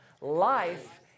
Life